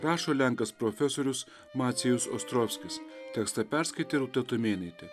rašo lenkas profesorius macijus ostrovskis tekstą perskaitė rūta tumėnaitė